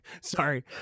Sorry